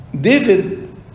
David